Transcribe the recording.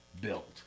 built